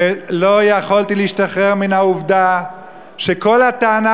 ולא יכולתי להשתחרר מן העובדה שכל הטענה